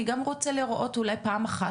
אני גם רוצה לראות אולי פעם אחת,